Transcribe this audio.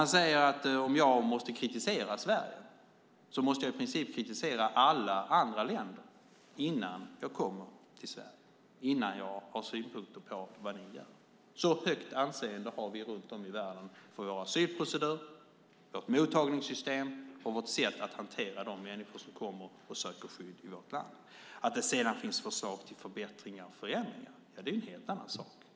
Han säger att om jag måste kritisera Sverige måste jag i princip kritisera alla andra länder innan jag kommer till Sverige, innan jag har synpunkter på vad ni gör. Så högt anseende har vi runt om i världen för vår asylprocedur, vårt mottagningssystem och vårt sätt att hantera de människor som kommer och söker skydd i vårt land. Att det sedan finns förslag till förbättringar och förändringar är en helt annan sak.